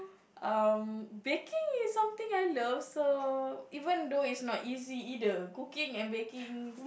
um baking is something I love so even though it's not easy either cooking and baking